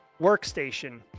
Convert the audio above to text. workstation